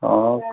ହଁ